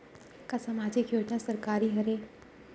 का सामाजिक योजना सरकारी हरे?